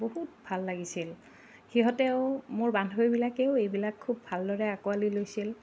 বহুত ভাল লাগিছিল সিহঁতেও মোৰ বান্ধৱীবিলাকেও এইবিলাক খুব ভালদৰে আঁকোৱালি লৈছিল